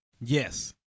Yes